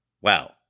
Wow